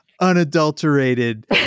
unadulterated